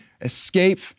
escape